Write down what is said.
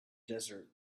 desert